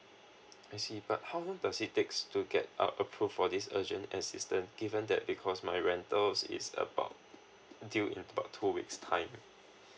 I see but how long does it takes to get uh approved for this urgent assistance given that because my rentals it's about until in about two weeks time